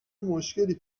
مشکلی